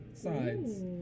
Sides